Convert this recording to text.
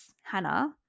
Hannah